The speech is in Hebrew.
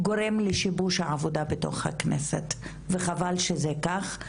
גורם לשיבוש העבודה בתוך הכנסת וחבל שזה כך.